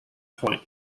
point